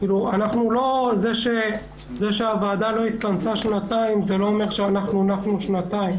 זה שהוועדה לא התכנסה שנתיים לא אומר שאנחנו נחנו שנתיים.